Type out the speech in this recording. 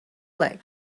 like